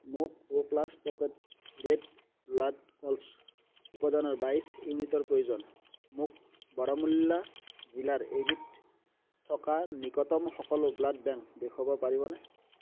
মোক O plus packed red blood cells উপাদানৰ বাইছ ইউনিটৰ প্ৰয়োজন মোক বৰামুল্লা জিলাৰ এইবিধ থকা নিকটম সকলো ব্লাড বেংক দেখুৱাব পাৰিবনে